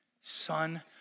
Son